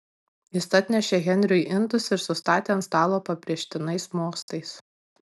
jis atnešė henriui indus ir sustatė ant stalo pabrėžtinais mostais